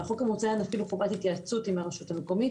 בחוק המוצע אין אפילו חובת התייעצות עם הרשות המקומית,